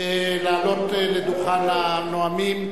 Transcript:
לעלות לדוכן הנואמים.